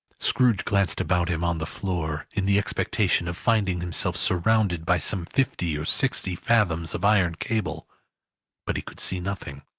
scrooge glanced about him on the floor, in the expectation of finding himself surrounded by some fifty or sixty fathoms of iron cable but he could see nothing.